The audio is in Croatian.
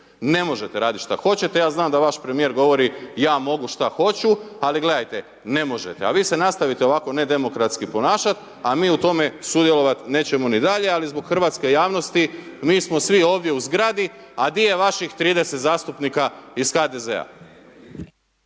Ne možete radit što hoćete, ja znam da vaš premjer govori ja mogu šta hoću, ali gledajte, ne može. A vi ste nastavite ovako nedomokratski ponašati, a mi u tome, sudjelovati nećemo ni dalje, ali zbog hrvatske javnosti, mi smo svi ovdje u zgradi, a di je vaših 30 zastupnika iz HDZ-a?